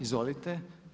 Izvolite.